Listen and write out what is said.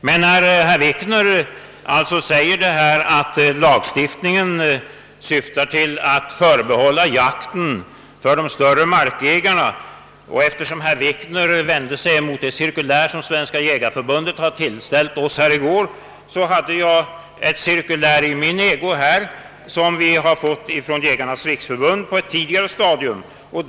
Herr Wikner hävdar alltså att lagstiftningen syftar till att förbehålla jakten åt de större markägarna, och han vänder sig mot det cirkulär som Svenska jägareförbundet tillställde oss i går. Jag har ett annat cirkulär i min ägo, som vi har fått från Jägarnas riksförbund på ett tidigare stadium.